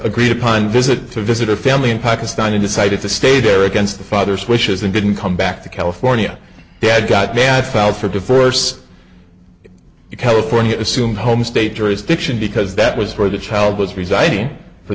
great upon visit to visit her family in pakistan and decided to stay there against the father's wishes and didn't come back to california had got bad found for the first california assume home state jurisdiction because that was where the child was residing for